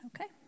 Okay